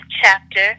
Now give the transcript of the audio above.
chapter